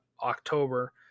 October